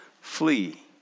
Flee